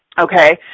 Okay